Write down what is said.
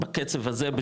בקצב הזה,